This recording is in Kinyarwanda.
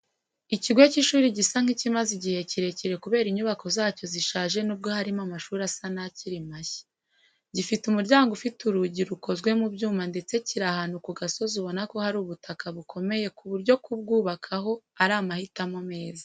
Ikigo cy'ishuri gisa n'ikimaz eigihe kirekire kubera inyubako zacyo zishaje nubwo harimo amashuri asa nakiri mashya. Gifite umuryango ufite urugi rukozwe mu byuma ndetse kiri ahantu ku gasozi ubona ko hari ubutaka bukomeye ku buryo kubwubakaho ari amahitamo meza.